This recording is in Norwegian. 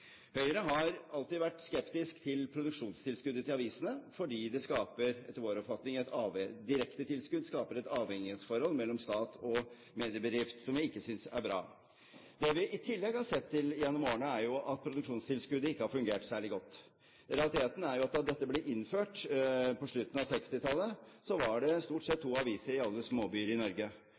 Høyre har alltid vært skeptisk til produksjonstilskuddet til avisene fordi direktetilskudd skaper etter vår oppfatning et avhengighetsforhold mellom stat og mediebedrift, som vi ikke synes er bra. Det vi i tillegg har sett gjennom årene, er at produksjonstilskuddet ikke har fungert særlig godt. Realiteten er at da dette ble innført på slutten av 1960-tallet, var det stort sett to aviser i alle småbyer i Norge,